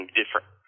different